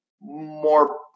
more